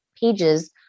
pages